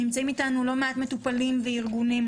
נמצאים איתנו לא מעט מטופלים וארגונים.